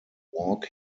walk